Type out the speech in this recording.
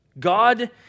God